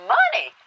money